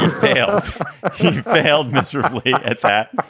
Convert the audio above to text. failed failed miserably at bat,